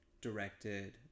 directed